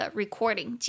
recording